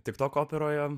tik to ko operoje